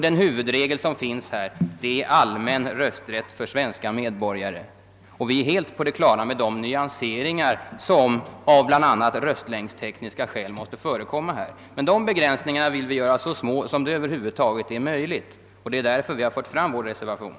Denna huvudregel innebär att det skall vara allmän rösträtt för svenska medborgare. Vi är helt på det klara att vissa nyanseringar av bl.a. röstlängdstekniska skäl måste förekomma. Men de begränsningarna vill vi göra så små som det över huvud taget är möjligt. Det är därför vi har skrivit vår reservation.